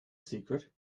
secret